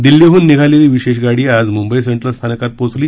दिल्लीहन निघालेली विशेष गाडी आज म्ंबई सेंट्रल स्थानकात ोचली